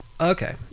Okay